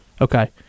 Okay